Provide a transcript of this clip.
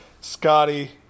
Scotty